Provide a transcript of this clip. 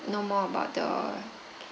know more about the